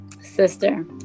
Sister